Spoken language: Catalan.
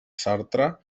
sartre